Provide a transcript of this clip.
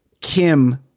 Kim